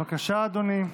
בבקשה, אדוני,